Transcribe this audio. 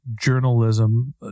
journalism